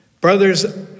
Brothers